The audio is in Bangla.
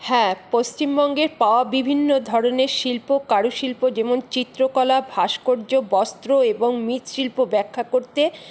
হ্যাঁ পশ্চিমবঙ্গের পাওয়া বিভিন্ন ধরনের শিল্প কারুশিল্প যেমন চিত্রকলা ভাস্কর্য বস্ত্র এবং মৃৎশিল্প ব্যাখ্যা করতে